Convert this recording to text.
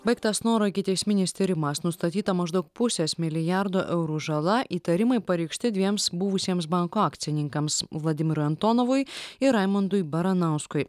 baigtas snoro ikiteisminis tyrimas nustatyta maždaug pusės milijardo eurų žala įtarimai pareikšti dviems buvusiems banko akcininkams vladimirui antonovui ir raimundui baranauskui